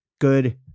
Good